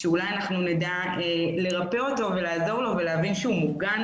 שאולי נדע לרפא אותו ולעזור לו ולהבין שהוא מוגן